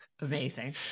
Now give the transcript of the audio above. Amazing